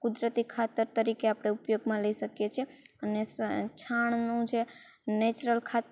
કુદરતી ખાતર તરીકે આપણે ઉપયોગમાં લઇ શકીએ છીએ અને છાણનું જે નેચરલ ખાતર